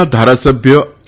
ના ધારાસભ્ય એ